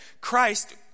Christ